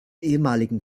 ehemaligen